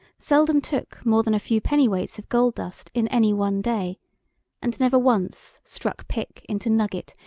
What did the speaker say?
seldom took more than a few pennyweights of gold-dust in any one day and never once struck pick into nugget,